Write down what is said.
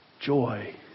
Joy